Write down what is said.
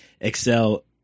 excel